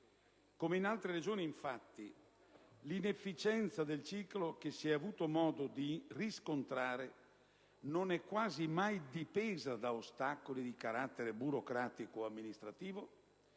Come in altre Regioni, infatti, l'inefficienza del ciclo che si è avuto modo di riscontrare non è quasi mai dipesa da ostacoli di carattere burocratico o amministrativo,